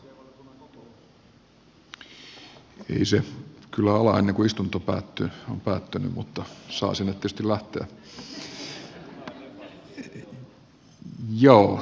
ei se kyllä ala ennen kuin istunto on päättynyt mutta saa sinne tietysti lähteä